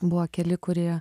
buvo keli kurie